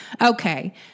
Okay